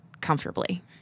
comfortably